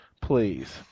Please